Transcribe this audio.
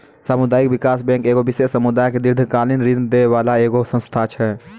समुदायिक विकास बैंक एगो विशेष समुदाय के दीर्घकालिन ऋण दै बाला एगो संस्था छै